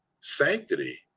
sanctity